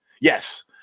Yes